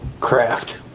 craft